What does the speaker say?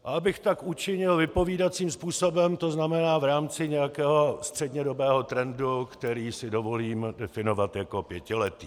A abych tak učinil vypovídajícím způsobem, to znamená v rámci nějakého střednědobého trendu, který si dovolím definovat jako pětiletý.